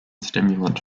stimulant